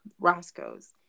Roscoe's